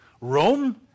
Rome